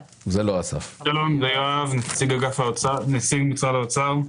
שלום, יואב, נציג משרד האוצר.